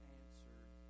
answered